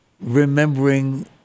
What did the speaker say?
remembering